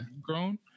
grown